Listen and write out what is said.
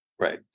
right